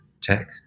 tech